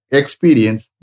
experience